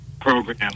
program